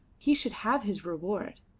he should have his reward.